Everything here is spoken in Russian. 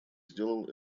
сделал